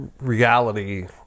reality